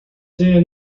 sehe